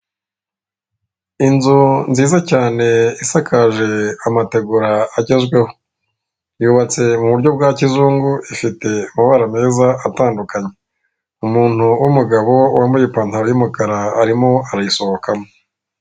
Inzu nziza cyane isakaje amategura agezweho, yubatse mu buryo bwa kizungu ifite amabara meza atandukanye. Umuntu w'umugabo wambaye ipantaro y'umukara arimo arayisohokamo.